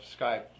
Skype